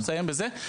אני אסיים בזה.